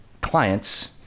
clients